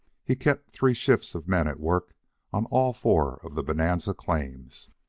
he kept three shifts of men at work on all four of the bonanza claims.